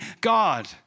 God